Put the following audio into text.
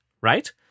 right